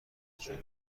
جون